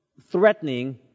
threatening